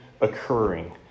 occurring